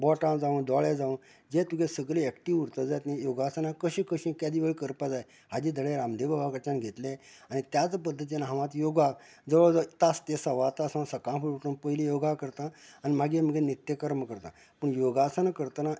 बोटां जावं दोळे जावं जें तुगे सगळें एक्टीव उरतले जाल्यार न्ही योगासना कशी कशी केदे वेळ करपाक जाय हाचे दडे रामदेव बाबा कडच्यान घेतले आनी त्याच पद्दतीन हांव आतां योगा जवळजवळ तास ते सवा तास मेरेन सकाळ फुडें उठून पयली योगा करता आनी मागीर मुगे नित्यकर्म करता पूण योगासना करतना